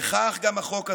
וכך גם החוק הזה.